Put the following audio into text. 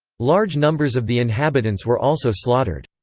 large numbers of the inhabitants were also slaughtered.